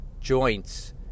joints